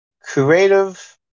creative